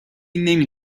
نمی